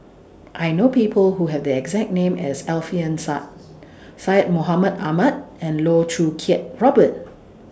I know People Who Have The exact name as Alfian Sa'at Syed Mohamed Ahmed and Loh Choo Kiat Robert